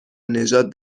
نژاد